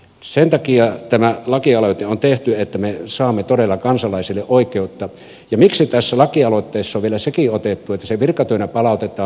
sen takia tämä lakialoite on tehty että me saamme todella kansalaisille oikeutta ja miksi tässä lakialoitteessa on vielä sekin otettu että se virkatyönä palautetaan